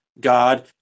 God